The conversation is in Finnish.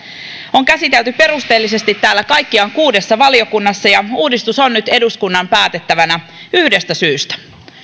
on käsitelty perusteellisesti täällä kaikkiaan kuudessa valiokunnassa ja uudistus on nyt eduskunnan päätettävänä yhdestä syystä